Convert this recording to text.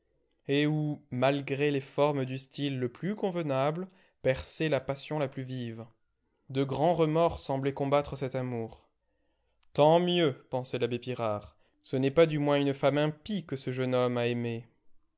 et où malgré les formes du style le plus convenable perçait la passion la plus vive de grands remords semblaient combattre cet amour tant mieux pensait l'abbé pirard ce n'est pas du moins une femme impie que ce jeune homme a aimée